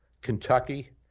Kentucky